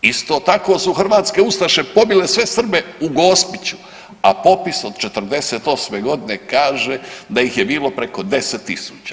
Isto tako su hrvatske ustaše pobile sve Srbe u Gospiću, a popis od '48. g. kaže da ih je bilo preko 10 tisuća.